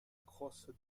crosse